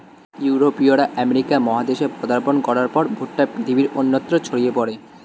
ইউরোপীয়রা আমেরিকা মহাদেশে পদার্পণ করার পর ভুট্টা পৃথিবীর অন্যত্র ছড়িয়ে পড়ে